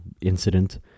incident